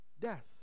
Death